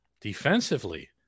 defensively